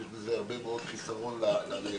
יש בו הרבה מאוד חיסרון לנאשם,